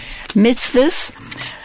Mitzvahs